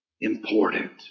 Important